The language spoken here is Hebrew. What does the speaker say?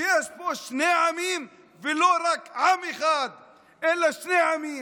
שיש פה שני עמים, לא רק עם אחד, אלא שני עמים,